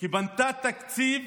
היא בנתה תקציב